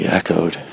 echoed